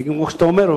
ואיך אתה אומר,